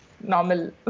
normal